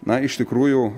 na iš tikrųjų